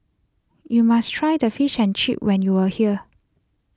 you must try the Fish and Chips when you are here